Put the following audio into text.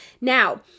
Now